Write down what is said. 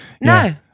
No